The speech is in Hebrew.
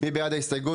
מי בעד ההסתייגות?